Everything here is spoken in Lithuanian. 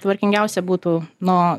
tvarkingiausia būtų nuo